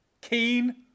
Keen